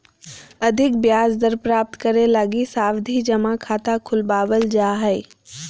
अधिक ब्याज दर प्राप्त करे लगी सावधि जमा खाता खुलवावल जा हय